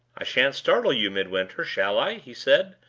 i shan't startle you, midwinter, shall i? he said,